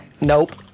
Nope